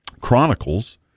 Chronicles